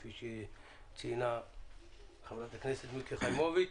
כפי שציינה חברת הכנסת מיקי חיימוביץ'.